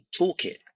toolkit